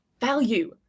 value